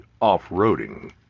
off-roading